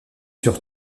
sur